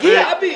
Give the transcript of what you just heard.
שבי,